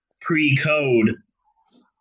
pre-code